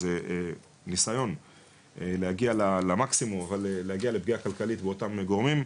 אז ניסיון להגיע למקסימום אבל להגיע לפגיעה כלכלית באותם גורמים.